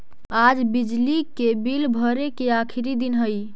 आज बिजली के बिल भरे के आखिरी दिन हई